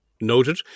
Noted